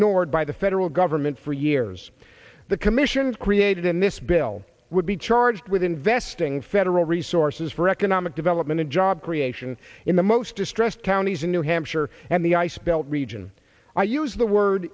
d by the federal government for years the commissions created in this bill would be charged with investing federal resources for economic development and job creation in the most distressed counties in new hampshire and the ice belt region i used the word